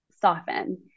soften